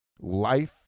Life